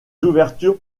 ouvertures